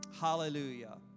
Hallelujah